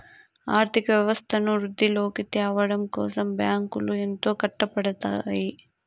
ఆర్థిక వ్యవస్థను వృద్ధిలోకి త్యావడం కోసం బ్యాంకులు ఎంతో కట్టపడుతాయి